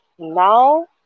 Now